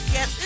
Yes